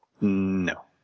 No